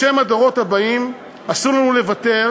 בשם הדורות הבאים אסור לנו לוותר,